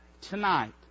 tonight